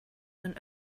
man